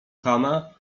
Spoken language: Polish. chana